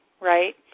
right